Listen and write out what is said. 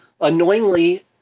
annoyingly